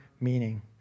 meaning